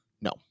No